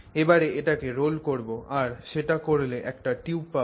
এবারে এটাকে রোল করবো আর সেটা করলে একটা টিউব পাবো